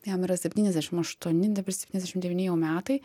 jam yra septyniasdešim aštuoni septyniasdešim devyni jau metai